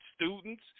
students